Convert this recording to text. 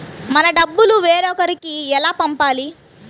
మన డబ్బులు వేరొకరికి ఎలా పంపాలి?